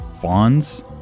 fawns